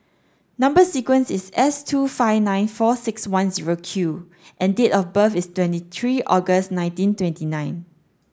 number sequence is S two five nine four six one zero Q and date of birth is twenty three August nineteen twenty nine